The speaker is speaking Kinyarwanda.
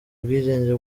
ubwigenge